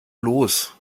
los